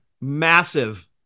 massive